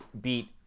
beat